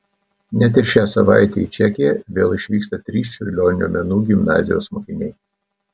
net ir šią savaitę į čekiją vėl išvyksta trys čiurlionio menų gimnazijos mokiniai